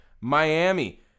Miami